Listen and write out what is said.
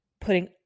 putting